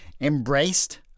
embraced